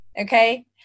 Okay